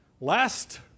Last